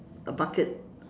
a bucket